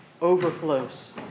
overflows